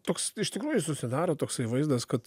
toks iš tikrųjų susidaro toksai vaizdas kad